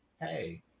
Hey